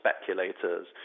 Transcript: speculators